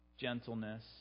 gentleness